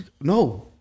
No